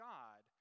God